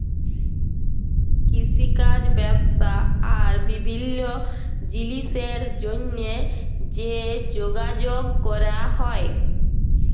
কিষিকাজ ব্যবসা আর বিভিল্ল্য জিলিসের জ্যনহে যে যগাযগ ক্যরা হ্যয়